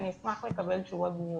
אני אשמח לקבל תשובות במהירות.